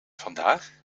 vandaag